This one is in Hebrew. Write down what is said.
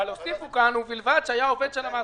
מי בעד?